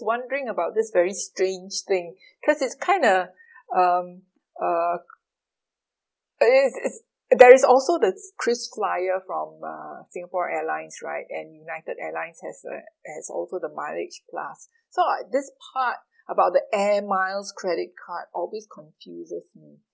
wondering about this very strange thing cause it's kind of um uh it~ it~ it's there is also the krisflyer from uh singapore airlines right and united airlines has the has also the mileage plus so this part about the air miles credit card always confuses me